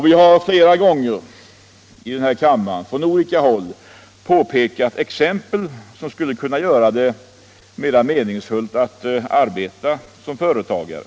Vi har flera gånger här i kammaren från olika håll pekat på sådant som skulle kunna göra det mera meningsfullt att arbeta som företagare.